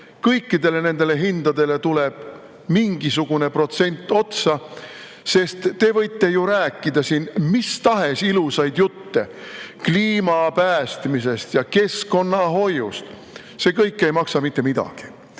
Kõikidele nendele hindadele tuleb mingisugune protsent otsa. Te võite ju rääkida siin mis tahes ilusaid jutte kliima päästmisest ja keskkonnahoiust, see kõik ei maksa mitte midagi.